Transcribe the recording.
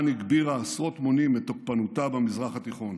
הגבירה עשרות מונים את תוקפנותה במזרח התיכון,